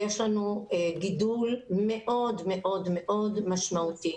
יש לנו גידול מאוד מאוד משמעותי.